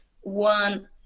one